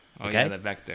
okay